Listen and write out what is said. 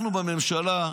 אנחנו בממשלה,